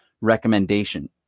recommendation